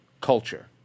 culture